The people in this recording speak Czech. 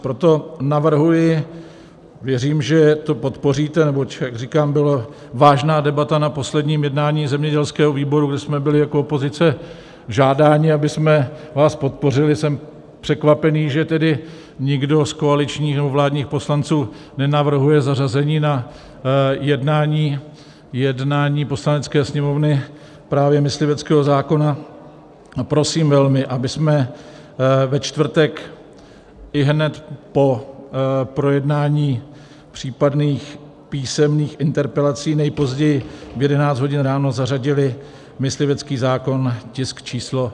Proto navrhuji věřím, že to podpoříte, protože, jak říkám, byla vážná debata na posledním jednání zemědělského výboru, kde jsme byli jako opozice žádáni, abychom vás podpořili, jsem překvapený, že tedy nikdo z koaličních nebo vládních poslanců nenavrhuje zařazení na jednání Poslanecké sněmovny právě mysliveckého zákona prosím velmi, abychom ve čtvrtek ihned po projednání případných písemných interpelací, nejpozději v 11 hodin ráno, zařadili myslivecký zákon, tisk číslo 954.